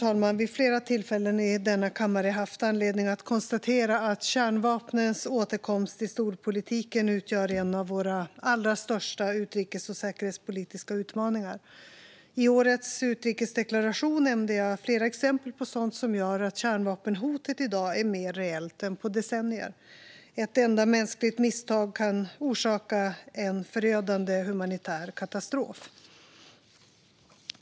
Jag har vid flera tillfällen i denna kammare haft anledning att konstatera att kärnvapnens återkomst i storpolitiken utgör en av våra allra största utrikes och säkerhetspolitiska utmaningar. I årets utrikesdeklaration nämnde jag flera exempel på sådant som gjort att kärnvapenhotet i dag är mer reellt än på decennier. Ett enda mänskligt misstag kan orsaka en förödande humanitär katastrof.